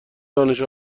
دانش